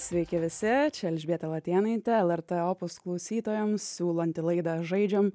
sveiki visi čia elžbieta latėnaitė lrt opus klausytojams siūlanti laidą žaidžiam